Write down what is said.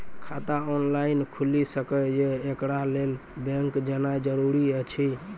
खाता ऑनलाइन खूलि सकै यै? एकरा लेल बैंक जेनाय जरूरी एछि?